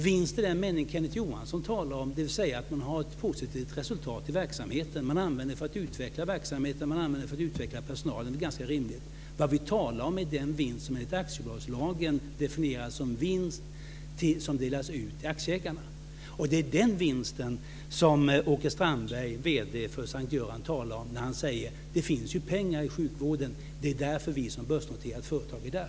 Vinst i den mening Kenneth Johansson talar om, dvs. att man har ett positivt resultat i verksamheten som man använder för att utveckla verksamheten och som man använder för att utveckla personalen är ganska rimlig. Det vi talar om är den vinst som enligt aktiebolagslagen definieras som vinst som delas ut till aktieägarna. Det är den vinsten som Åke Strandberg, vd för S:t Göran, talar om när han säger: Det finns pengar i sjukvården, det är därför vi som börsnoterat företag är där.